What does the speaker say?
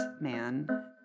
man